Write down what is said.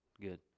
good